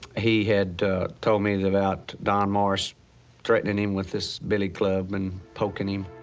he had told me about don morris threatening him with this billy club and poking him.